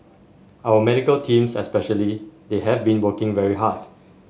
our medical teams especially they have been working very hard